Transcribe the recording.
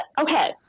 okay